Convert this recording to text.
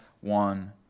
one